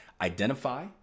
identify